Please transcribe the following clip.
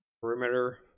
perimeter